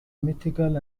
mythical